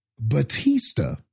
Batista